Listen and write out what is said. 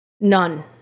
None